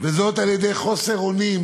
וזאת על-ידי חוסר אונים